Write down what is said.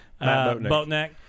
boatneck